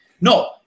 no